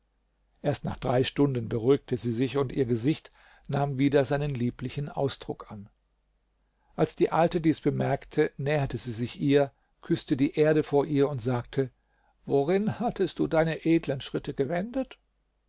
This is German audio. erst nach drei stunden beruhigte sie sich und ihr gesicht nahm wieder seinen lieblichen ausdruck an als die alte dies bemerkte näherte sie sich ihr küßte die erde vor ihr und sagte wohin hattest du deine edlen schritte gewendet